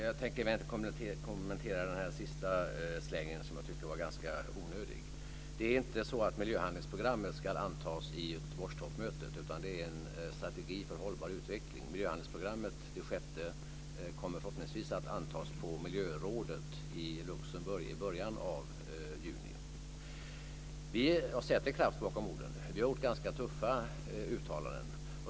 Fru talman! Jag tänker inte kommentera den sista onödiga slängen. Det är inte så att miljöhandlingsprogrammet ska antas vid Göteborgstoppmötet. Det är en strategi för hållbar utveckling. Det sjätte miljöhandlingsprogrammet kommer förhoppningsvis att antas på miljörådet i Luxemburg i början av juni. Vi sätter kraft bakom orden. Vi har gjort ganska tuffa uttalanden.